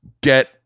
get